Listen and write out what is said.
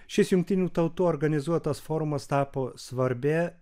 šis jungtinių tautų organizuotas forumas tapo svarbia